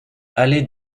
allée